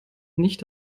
nicht